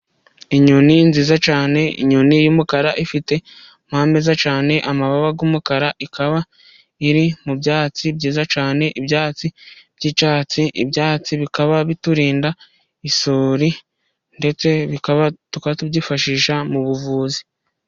Inyoni nziza cyane inyoni y'umukara ifite amababa meza cyane, amababa y'umukara ikaba iri mu byatsi byiza cyane ibyatsi by'icyatsi. Ibyatsi bikaba biturinda isuri ndetse tukaba tubyifashisha mu buvuzi.